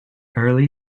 early